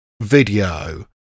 video